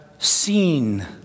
Seen